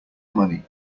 money